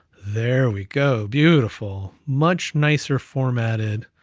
there we go, beautiful. much nicer formatted.